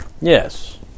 Yes